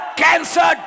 cancer